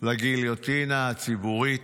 לגיליוטינה הציבורית.